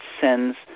sends